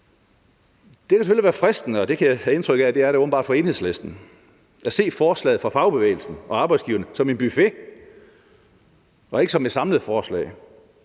jeg have indtryk af det åbenbart er for Enhedslisten – at se forslaget fra fagbevægelsen og arbejdsgiverne som en buffet, og ikke som et samlet forslag.